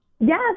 Yes